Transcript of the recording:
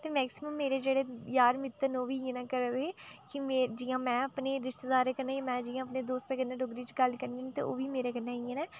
ते मैक्सिमम जेह्ड़े मेरे यार मित्तर न ओह् बी इ'यां गै करा दे हे जि'यां में अपने रिश्तेदारे कन्नै जि'यां में दोस्ते कन्नै डोगरी च गल्ल करनी ते ओह् बी मेरे कन्नै इ'यै